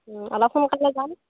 অলপ সোনকালে যাম